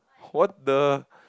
what the